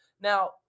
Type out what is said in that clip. Now